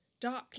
darkly